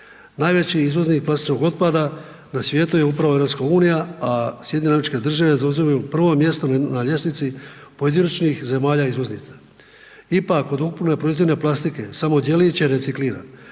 Najveći izvornik plastičnog otpada na svijetu je upravo EU, a SAD zauzimaju prvo mjesto na ljestvici pojedinačnih zemalja izvoznica. Ipak, od ukupno proizvedene plastike, samo djelić je recikliran.